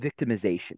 victimization